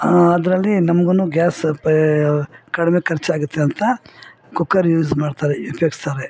ಅದರಲ್ಲಿ ನಮ್ಗು ಗ್ಯಾಸ್ ಪ ಕಡಿಮೆ ಖರ್ಚಾಗತ್ತೆ ಅಂತ ಕುಕ್ಕರ್ ಯೂಸ್ ಮಾಡ್ತಾರೆ ಉಪ್ಯೋಗಿಸ್ತಾರೆ